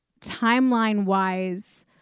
timeline-wise